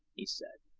he said.